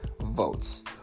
votes